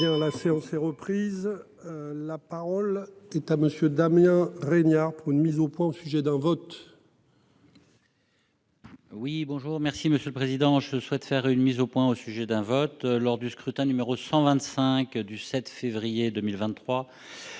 La parole est à monsieur Damien Régnard pour une mise au point, au sujet d'un vote. Oui bonjour. Merci Monsieur le Président, je souhaite faire une mise au point, au sujet d'un vote lors du scrutin, numéro 125 du 7 février 2023.